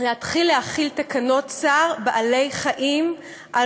להתחיל להחיל את תקנות צער בעלי-חיים על